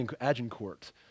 Agincourt